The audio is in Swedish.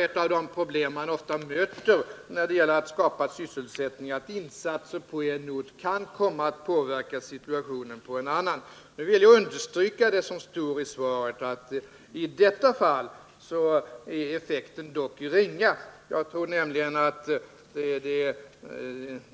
Ett av de problem man ofta möter när det gäller att skapa sysselsättning är dess värre att insatser på en ort kan komma att påverka situationen på en annan. Men jag vill understryka det som sades i svaret, att effekten är ringa i detta fall. Jag tror nämligen att